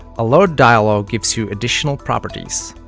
alertdialog gives you additional properties.